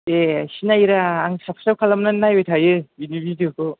ए सिनायोब्रा आं साबस्क्राइब खालामनानै नायबाय थायो बेनि भिडिय'खौ